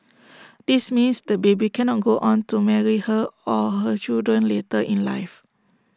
this means the baby cannot go on to marry her or her children later in life